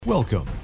Welcome